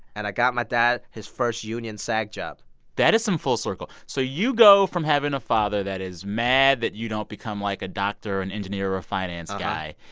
and i got my dad his first union sag job that is some full circle. so you go from having a father that is mad that you don't become, like, a doctor, an engineer or a finance guy,